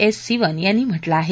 S Sivan यांनी म्हटलं आहे